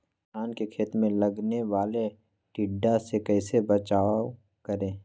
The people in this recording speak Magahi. धान के खेत मे लगने वाले टिड्डा से कैसे बचाओ करें?